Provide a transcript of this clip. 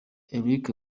eric